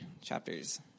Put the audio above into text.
chapters